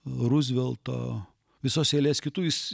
ruzvelto visos eilės kitų jis